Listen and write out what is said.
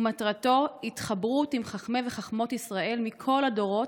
ומטרתו היא התחברות עם חכמי וחכמות ישראל מכל הדורות,